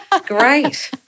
Great